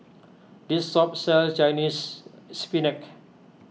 this shop sells Chinese Spinach